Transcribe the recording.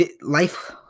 Life